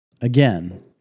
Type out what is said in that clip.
again